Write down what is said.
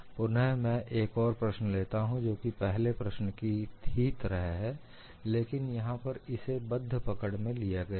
पुन मैं एक और प्रश्न लेता हूं जो कि पहले प्रश्न की ही तरह है लेकिन यहां पर इसे बद्ध पकड़ में लिया गया है